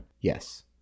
Yes